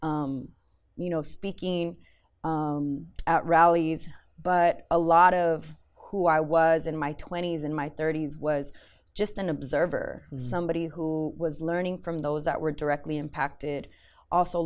and you know speaking out rallies but a lot of who i was in my twenty's in my thirty's was just an observer somebody who was learning from those that were directly impacted also